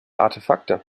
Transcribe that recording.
artefakte